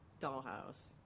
Dollhouse